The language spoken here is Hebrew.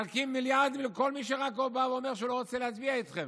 מחלקים מיליארדים לכל מי שרק בא ואומר שהוא לא רוצה להצביע איתכם,